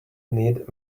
need